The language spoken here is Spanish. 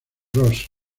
ross